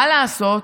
מה לעשות?